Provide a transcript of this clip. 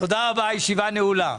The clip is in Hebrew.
תודה רבה הישיבה נעולה.